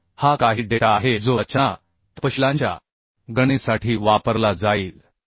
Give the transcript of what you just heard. तर हा काही डेटा आहे जो रचना तपशीलांच्या गणनेसाठी वापरला जाईल